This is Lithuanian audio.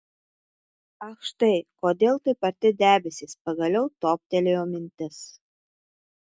ach štai kodėl taip arti debesys pagaliau toptelėjo mintis